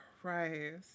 Christ